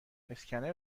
اسکنر